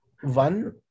One